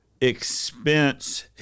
expense